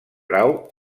grau